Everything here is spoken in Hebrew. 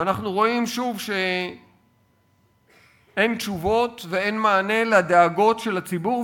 ואנחנו רואים שוב שאין תשובות ואין מענה לדאגות של הציבור,